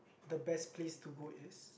the best place to go is